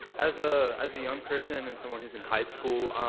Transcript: as ah as a young person, and someone who's in high school,